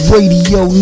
Radio